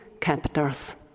captors